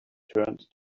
turned